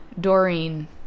Doreen